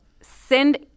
Send